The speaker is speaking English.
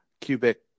cubic